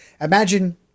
Imagine